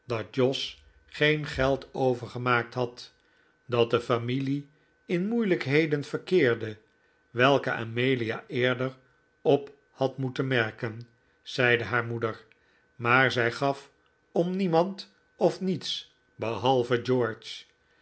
jos geen geld overgemaakt had dat de familie in moeilijkheden verkeerde welke amelia eerder op had moeten merken zeide haar moeder maar zij gaf om niemand of niets behalve